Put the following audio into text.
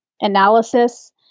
analysis